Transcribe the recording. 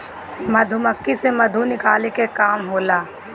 मधुमक्खी से मधु निकाले के काम होला